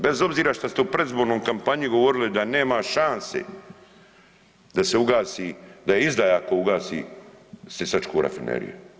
Bez obzira što ste u predizbornoj kampanji govorili da nema šanse da se ugasi, da je izdaja ako ugasi sisačku rafineriju.